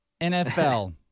NFL